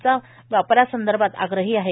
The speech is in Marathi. चा वापरासंदर्भात आग्रही आहे